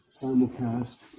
simulcast